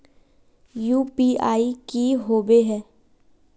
UPI की होबे है?